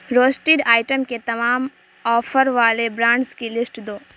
roasted item کے تمام offer والے برانڈس کی لسٹ دو